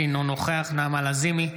אינו נוכח נעמה לזימי,